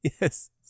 Yes